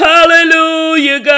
Hallelujah